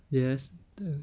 yes uh